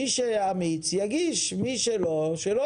מי שהוא לא אמיץ לא יגיש.